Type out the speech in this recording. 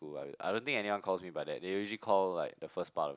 I don't think anyone calls me by that they usually call like the first part of